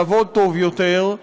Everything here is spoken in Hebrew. לעבוד טוב יותר,